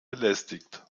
belästigt